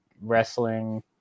wrestling